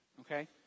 okay